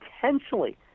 potentially